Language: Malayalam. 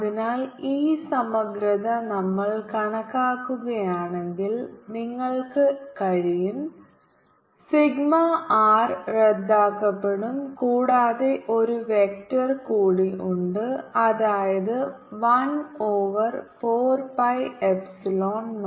അതിനാൽ ഈ സമഗ്രത നമ്മൾ കാണുകയാണെങ്കിൽ നിങ്ങൾക്ക് കഴിയും സിഗ്മ ആർ റദ്ദാക്കപ്പെടും കൂടാതെ ഒരു വെക്റ്റർ കൂടി ഉണ്ട് അതായത് 1 ഓവർ 4 പൈ എപ്സിലോൺ നോട്ട്